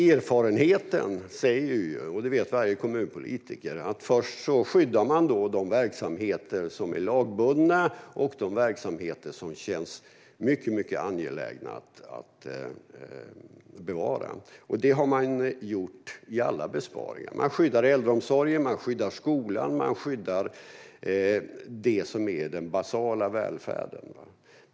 Erfarenheten säger att man först skyddar de verksamheter som är lagbundna och de verksamheter som känns mycket angelägna att bevara, vilket varje kommunpolitiker vet. Så har man gjort vid alla besparingar. Man skyddar äldreomsorgen, skolan och det som utgör den basala välfärden.